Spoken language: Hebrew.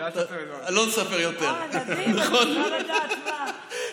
לא נספר יותר, נכון?